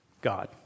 God